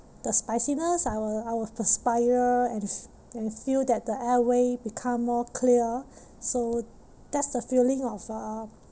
the spiciness I will I will perspire and and feel that the airway become more clear so that's the feeling of uh